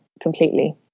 completely